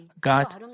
God